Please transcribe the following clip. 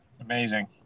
Amazing